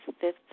fifth